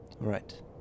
Right